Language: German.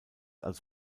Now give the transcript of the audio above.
als